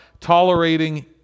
tolerating